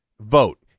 vote